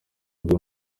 bwe